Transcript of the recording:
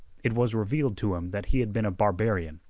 it was revealed to him that he had been a barbarian,